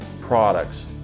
products